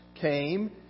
came